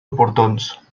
oportuns